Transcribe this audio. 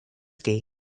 ski